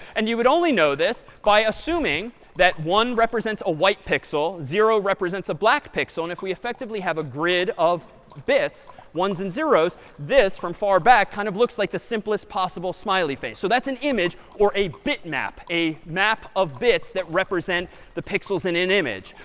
and you would only know this by assuming that one represents a white pixel, zero represents a black pixel, and if we effectively have a grid of bits one s and zero s this from far back kind of looks like the simplest possible smiley face. so that's an image, or a bitmap, a map of bits, that represent the pixels in an image.